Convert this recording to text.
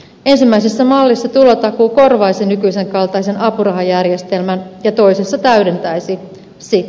ensimmäisessä mallissa tulotakuu korvaisi nykyisen kaltaisen apurahajärjestelmän ja toisessa täydentäisi sitä